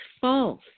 false